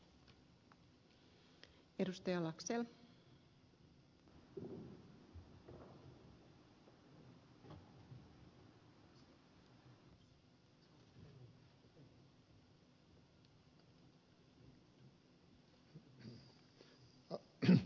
arvoisa rouva puhemies